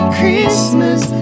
Christmas